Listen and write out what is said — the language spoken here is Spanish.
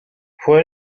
fue